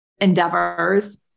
endeavors